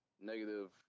negative